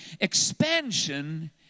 Expansion